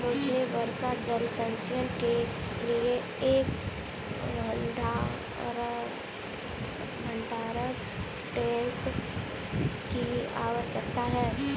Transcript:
मुझे वर्षा जल संचयन के लिए एक भंडारण टैंक की आवश्यकता है